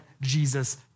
Jesus